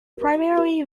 primarily